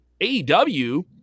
AEW